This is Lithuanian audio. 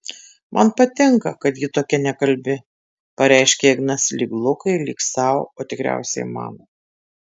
man patinka kai ji tokia nekalbi pareiškia ignas lyg lukai lyg sau o tikriausiai man